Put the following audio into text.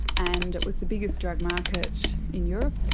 and it was the biggest drug market in europe,